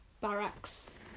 barracks